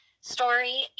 story